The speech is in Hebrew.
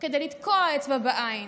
כדי לתקוע אצבע בעין,